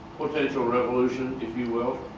potentional revolution, if you will.